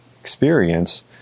experience